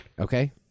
Okay